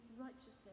righteousness